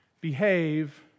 behave